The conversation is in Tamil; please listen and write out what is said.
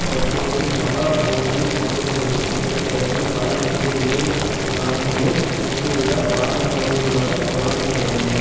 தற்போதைய மகாபோதி கோயிலில் உள்ள குறிப்பிட்ட இடங்கள் பல இந்த ஏழு வாரங்களைச் சுற்றியுள்ள பாரம்பரியங்களுடன் தொடர்புடையவை